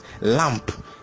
Lamp